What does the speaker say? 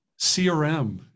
CRM